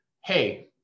hey